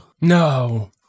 No